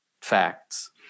facts